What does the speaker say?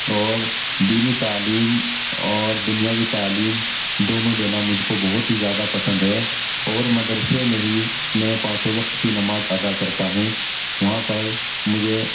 اور دینی تعلیم اور دنیاوی تعلیم دونوں دینا مجھ کو بہت ہی زیادہ پسند ہے اور مدرسے میں ہی میں پانچوں وقت کی نماز ادا کرتا ہوں وہاں پر مجھے